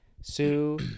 Sue